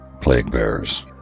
plague-bearers